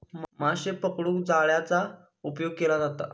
माशे पकडूक जाळ्याचा उपयोग केलो जाता